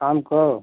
शाम को